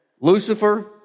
Lucifer